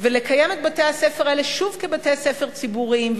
אך לקיים את בתי-הספר האלה שוב כבתי-ספר ציבוריים,